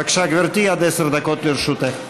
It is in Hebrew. בבקשה, גברתי, עד עשר דקות לרשותך.